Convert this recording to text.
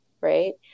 Right